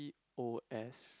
C O S